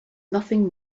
nothing